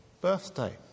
birthday